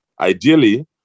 Ideally